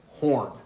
horn